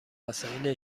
وسایل